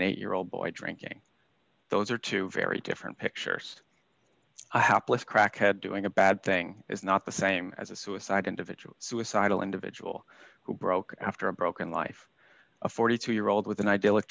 an eight year old boy drinking those are two very different pictures a hapless crackhead doing a bad thing is not the same as a suicide individual suicidal individual who broke after a broken life a forty two year old with an id